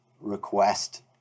request